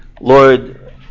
Lord